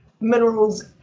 minerals